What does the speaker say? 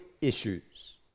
issues